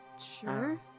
sure